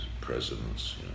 presidents